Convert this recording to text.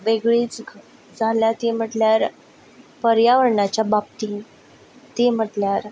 वेगळीच जाला ती म्हटल्यार पर्यावरणाच्या बाबतींत ती म्हटल्यार